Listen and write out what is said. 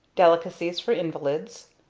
delicacies for invalids.